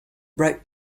wrote